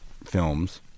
films